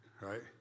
right